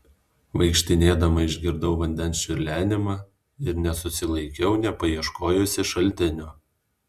vaikštinėdama išgirdau vandens čiurlenimą ir nesusilaikiau nepaieškojusi šaltinio